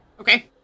Okay